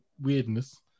weirdness